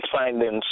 findings